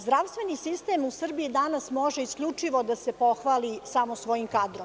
Zdravstveni sistem u Srbiji danas može isključivo da se pohvali samo svojim kadrom.